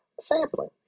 sampling